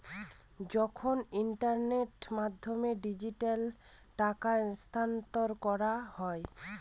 যখন ইন্টারনেটের মাধ্যমে ডিজিট্যালি টাকা স্থানান্তর করা হয়